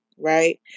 Right